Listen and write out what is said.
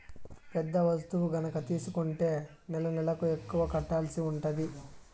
పెద్ద వస్తువు గనక తీసుకుంటే నెలనెలకు ఎక్కువ కట్టాల్సి ఉంటది